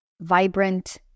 vibrant